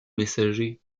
messagers